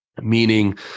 Meaning